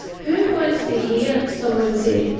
who wants to hear someone say,